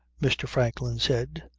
mr. franklin said,